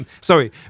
sorry